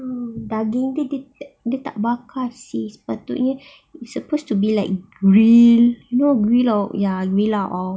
daging dia dia tak bakar seh sepatutnya supposed to be like grilled you know grilled yang ni lah or